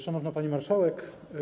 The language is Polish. Szanowna Pani Marszałek!